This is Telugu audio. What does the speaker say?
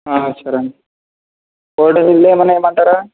సరేండి కోడిగుడ్లు ఏమన్నా ఇమ్మంటారా